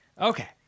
Okay